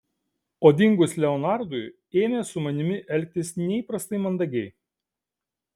o dingus leonardui ėmė su manimi elgtis neįprastai mandagiai